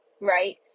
right